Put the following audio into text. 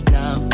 now